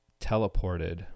teleported